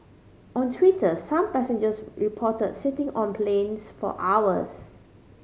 on Twitter some passengers report sitting on planes for hours